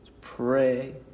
Pray